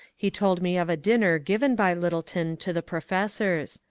he told me of a dinner given by lyttleton to the professors.